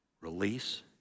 release